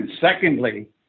Secondly